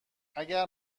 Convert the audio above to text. اگر